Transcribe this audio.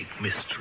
mystery